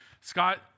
Scott